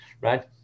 right